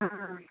हाँ